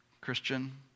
Christian